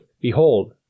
Behold